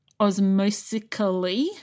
osmosically